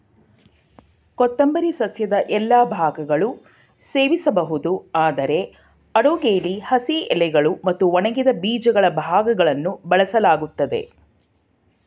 ಕೊತ್ತಂಬರಿ ಸಸ್ಯದ ಎಲ್ಲಾ ಭಾಗಗಳು ಸೇವಿಸ್ಬೋದು ಆದ್ರೆ ಅಡುಗೆಲಿ ಹಸಿ ಎಲೆಗಳು ಮತ್ತು ಒಣಗಿದ ಬೀಜಗಳ ಭಾಗಗಳನ್ನು ಬಳಸಲಾಗ್ತದೆ